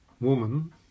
woman